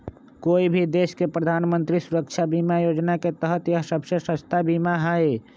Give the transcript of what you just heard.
कोई भी देश के प्रधानमंत्री सुरक्षा बीमा योजना के तहत यह सबसे सस्ता बीमा हई